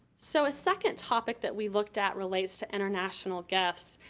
so, a second topic that we looked at relates to international gifts.